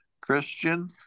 Christian